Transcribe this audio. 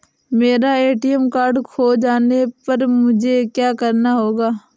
मेरा ATM card खो जाने पर मुझे क्या करना होगा?